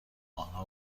آنها